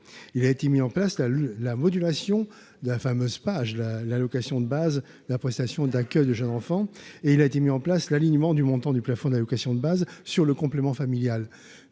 il a été mis en place la la modulation de la fameuse page là l'allocation de base, la prestation d'accueil du jeune enfant et il a été mis en place l'alignement du montant du plafond de l'allocation de base sur le complément familial